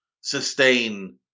sustain